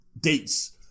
dates